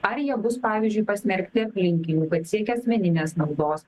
ar jie bus pavyzdžiui pasmerkti aplinkinių kad siekia asmeninės naudos